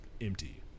empty